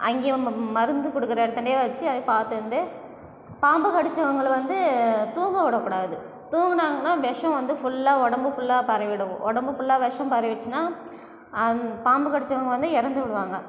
அங்கே அந்த மருந்து கொடுக்கற இடத்தாண்டே வச்சு பார்த்து இருந்து பாம்பு கடிச்சவங்களை வந்து தூங்கவிடக்கூடாது தூங்கினாங்கன்னா விஷம் வந்து ஃபுல்லாக உடம்புல்லா பரவிடும் உடம்புல்லா விஷம் பரவுச்சுனா பாம்பு கடிச்சவங்கள் வந்து இறந்து விடுவாங்கள்